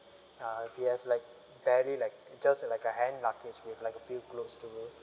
uh we have like barely like just like a hand luggage with like a few clothes to